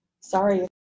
Sorry